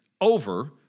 over